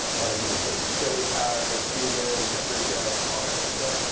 lot of people put chili powder, cumin, paprika, all kinds of stuff.